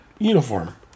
Uniform